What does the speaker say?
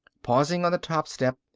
pausing on the top step,